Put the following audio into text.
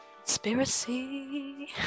Conspiracy